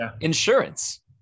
insurance